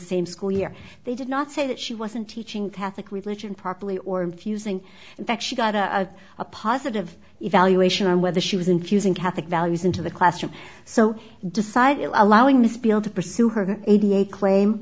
same school year they did not say that she wasn't teaching catholic religion properly or infusing and that she got a a positive evaluation on whether she was infusing catholic values into the classroom so i decided allowing this bill to pursue her eighty eight claim